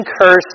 cursed